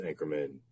anchorman